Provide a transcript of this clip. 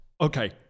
Okay